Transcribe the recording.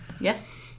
Yes